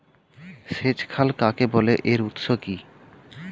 সেচ খাল কাকে বলে এর উৎস কি?